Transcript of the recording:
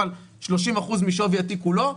אבל 30% משווי התיק כולו,